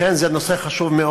לכן, זה נושא חשוב מאוד.